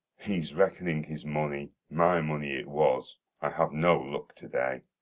he's reckoning his money my money it was i have no luck to-day.